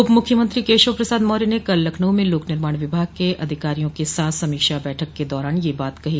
उप मुख्यमंत्री केशव प्रसाद मार्य ने कल लखनऊ में लोक निर्माण विभाग के अधिकारियों के साथ समीक्षा बैठक के दौरान यह बात कही